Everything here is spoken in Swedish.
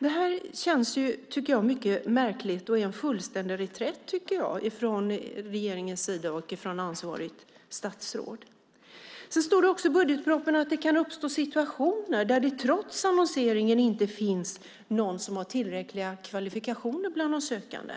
Detta känns mycket märkligt och är en fullständig reträtt, tycker jag, från regeringens sida och från ansvarigt statsråd. Sedan stod det också i budgetpropositionen att det kan uppstå situationer där det trots annonseringen inte finns någon som har tillräckliga kvalifikationer bland de sökande.